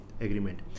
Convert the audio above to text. agreement